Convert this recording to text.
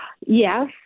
Yes